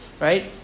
right